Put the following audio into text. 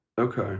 Okay